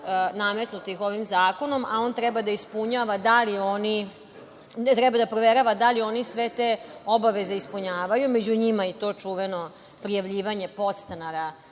nametnutih ovim zakonom, a on treba da proverava da li oni sve te obaveze ispunjavaju. Među njima je i to čuveno prijavljivanje podstanara